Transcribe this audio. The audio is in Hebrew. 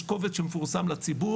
יש קובץ שמפורסם לציבור.